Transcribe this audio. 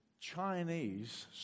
Chinese